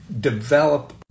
develop